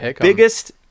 biggest